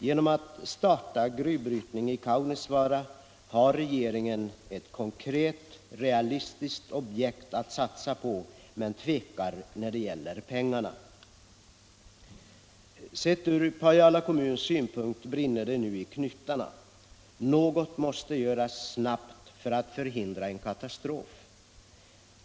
Genom att starta gruvbrytning i Kaunisvaara har regeringen ett konkret, realistiskt objekt att satsa på men tvekar när det gäller pengarna. Sett ur Pajala kommuns synpunkt brinner det nu i knutarna. Något måste göras snabbt för att förhindra en katastrof.